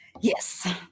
yes